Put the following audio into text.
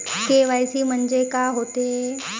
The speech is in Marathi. के.वाय.सी म्हंनजे का होते?